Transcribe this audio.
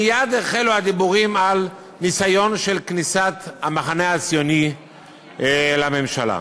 מייד החלו הדיבורים על ניסיון של כניסת המחנה הציוני לממשלה.